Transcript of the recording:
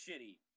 shitty